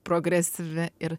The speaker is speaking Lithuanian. progresyvi ir